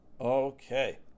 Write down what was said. Okay